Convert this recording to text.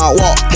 walk